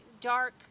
dark